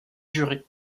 jurés